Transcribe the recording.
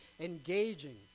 engaging